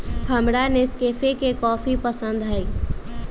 हमरा नेस्कैफे के कॉफी पसंद हई